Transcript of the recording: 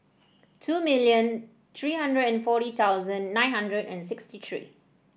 two million three hundred and forty thousand nine hundred and sixty three